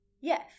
Yes